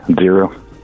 Zero